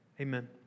Amen